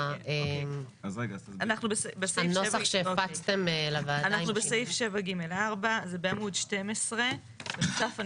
אנחנו בסעיף 7 (ג') 4. זה בעמוד 12. בנוסף,